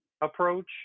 approach